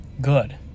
good